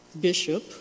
bishop